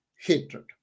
hatred